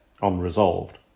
unresolved